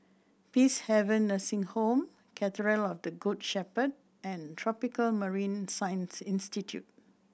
Peacehaven Nursing Home Cathedral of the Good Shepherd and Tropical Marine Science Institute